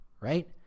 right